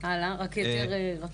הלאה, רק באופן יותר רצוף.